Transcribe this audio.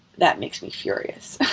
that makes me furious.